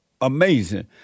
Amazing